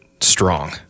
strong